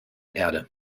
erde